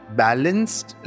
balanced